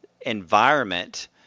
environment